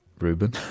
Ruben